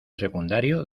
secundario